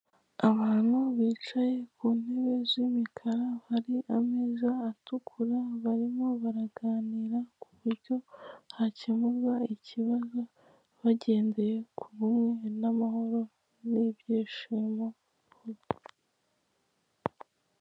Abantu bicaye ku ntebe z'imikara, hari ameza atukura barimo baraganira ku buryo bakemura ikibazo bagendeye ku bumwe, n'amahoro, n'ibyishimo.